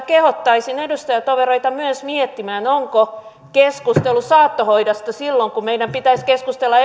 kehottaisin edustajatovereita myös miettimään onko keskustelu saattohoidosta silloin kun meidän pitäisi keskustella